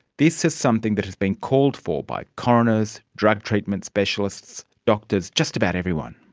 this is something that has been called for by coroners, drug treatment specialists, doctors, just about everyone.